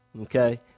Okay